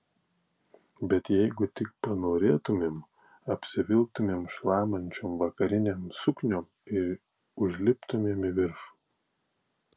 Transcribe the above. bet jeigu tik panorėtumėm apsivilktumėm šlamančiom vakarinėm sukniom ir užliptumėm į viršų